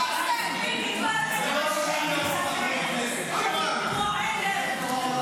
מי אתה בכלל, תודה.